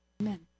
Amen